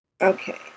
Okay